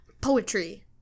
poetry